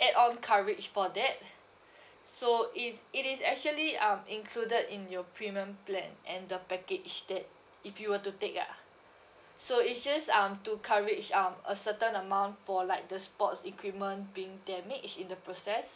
add on coverage for that so it it is actually um included in your premium plan and the package that if you were to take ah so it's just um to coverage um a certain amount for like the sports equipment being damaged in the process